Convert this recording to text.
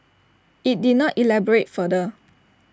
IT did not elaborate further